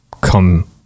come